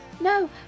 no